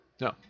No